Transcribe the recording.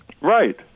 Right